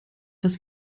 dass